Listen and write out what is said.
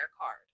card